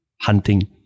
hunting